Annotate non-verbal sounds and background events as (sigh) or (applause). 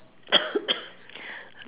(coughs)